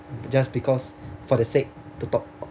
just because for the sake to talk